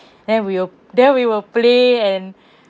then we will then we will play and